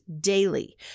daily